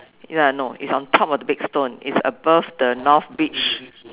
ya no it's on top of the big stone it's above the north beach